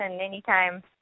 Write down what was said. anytime